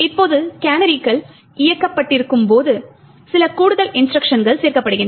இப்போது கேனரிகள் இயக்கப்பட்டிருக்கும்போது சில கூடுதல் இன்ஸ்ட்ருக்ஷன்கள் சேர்க்கப்படுகின்றன